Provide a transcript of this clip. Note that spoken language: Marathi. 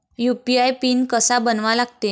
यू.पी.आय पिन कसा बनवा लागते?